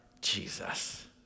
Jesus